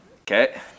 Okay